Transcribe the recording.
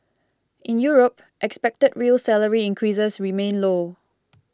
in Europe expected real salary increases remain low